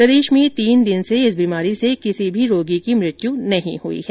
प्रदेश में तीन दिन से इस बीमारी से किसी रोगी की मृत्यु नहीं हुई है